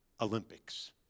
Olympics